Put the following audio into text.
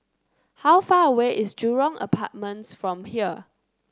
how far away is Jurong Apartments from here